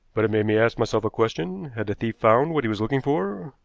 but it made me ask myself a question. had the thief found what he was looking for?